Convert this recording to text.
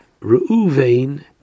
Reuven